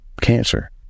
Cancer